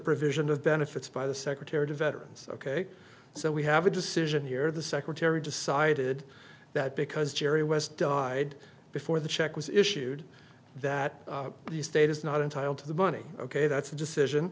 provision of benefits by the secretary to veterans ok so we have a decision here the secretary decided that because jerry west died before the check was issued that the state is not entitled to the money ok that's a decision